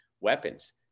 weapons